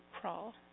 crawl